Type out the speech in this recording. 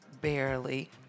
Barely